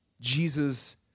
Jesus